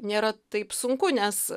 nėra taip sunku nes